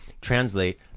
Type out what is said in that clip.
translate